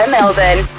Melbourne